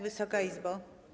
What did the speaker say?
Wysoka Izbo!